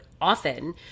often